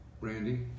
Randy